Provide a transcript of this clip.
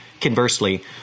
Conversely